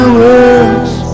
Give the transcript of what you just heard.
words